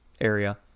area